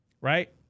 right